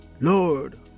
Lord